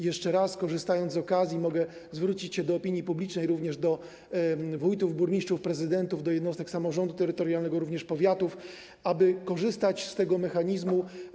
Jeszcze raz, korzystając z okazji, mogę zwrócić się do opinii publicznej, jak również do wójtów, burmistrzów, prezydentów, jednostek samorządu terytorialnego, a także powiatów, aby korzystać z tego mechanizmu.